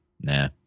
nah